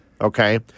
okay